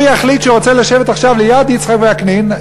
הוא יחליט שהוא רוצה לשבת עכשיו ליד יצחק וקנין,